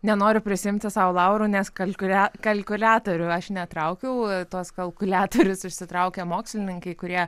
nenoriu prisiimti sau laurų nes kalku kalkuliatorių aš netraukiau tuos kalkuliatorius išsitraukia mokslininkai kurie